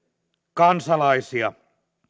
kansalaisia